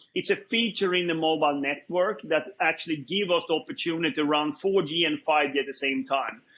it's ah featuring the mobile network that actually gives us opportunity around four g and five g at the same time.